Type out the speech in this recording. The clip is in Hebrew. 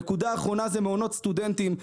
נקודה אחרונה זה מעונות סטודנטים.